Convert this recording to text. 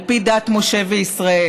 בנישואים על פי דת משה וישראל.